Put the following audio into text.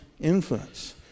influence